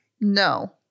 No